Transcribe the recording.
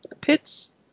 pits